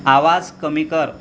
आवाज कमी कर